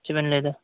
ᱪᱮᱫᱵᱮᱱ ᱞᱟᱹᱭᱫᱟ